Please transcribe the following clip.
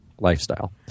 lifestyle